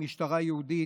במשטרה היהודית,